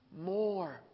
more